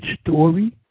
story